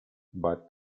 but